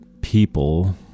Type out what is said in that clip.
people